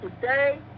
today